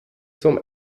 zum